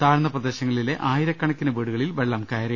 താഴ്ന്ന പ്രദേശങ്ങളിലെ ആയിരക്കണക്കിന് വീടുകളിൽ വെള്ളം കയറി